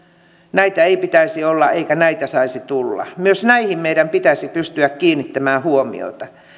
näitä ei pitäisi olla eikä näitä saisi tulla myös näihin meidän pitäisi pystyä kiinnittämään huomiota